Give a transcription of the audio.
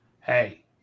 Hey